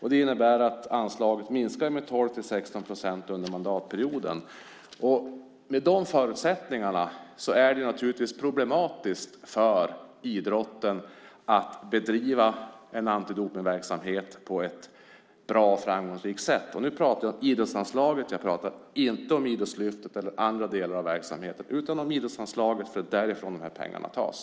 Det innebär att anslaget minskar med 12-16 procent under mandatperioden. Med sådana förutsättningar är det naturligtvis problematiskt för idrotten att på ett bra och framgångsrikt sätt bedriva en antidopningsverksamhet. Jag talar nu om idrottsanslaget - inte om Idrottslyftet eller andra delar av verksamheten - därför att det är därifrån som de här pengarna tas.